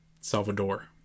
salvador